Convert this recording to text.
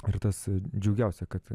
ir tas džiugiausia kad